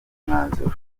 umwanzuro